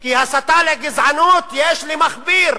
כי הסתה לגזענות יש למכביר